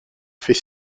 fait